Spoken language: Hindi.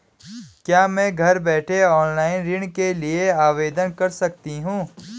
क्या मैं घर बैठे ऑनलाइन ऋण के लिए आवेदन कर सकती हूँ?